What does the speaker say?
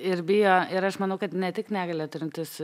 ir bijo ir aš manau kad ne tik negalią turintis